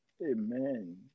Amen